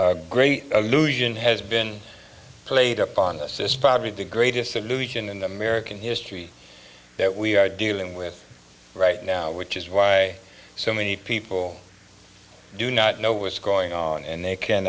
that great illusion has been played upon us this poverty to greatest illusion in american history that we are dealing with right now which is why so many people do not know what's going on and they can